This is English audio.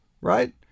Right